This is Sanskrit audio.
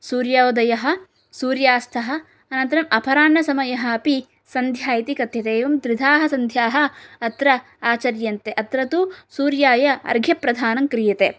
सूर्यौदयः सूर्यास्तः अनन्तरम् अपराह्नसमयः अपि सन्ध्या इति कथ्यते एवं त्रिधाः सन्ध्याः अत्र आचर्यन्ते अत्र तु सूर्याय अर्घ्यप्रधानं क्रियते